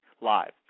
live